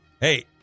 hey